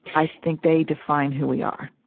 i think they define who we are